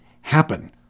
happen